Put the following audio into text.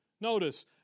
notice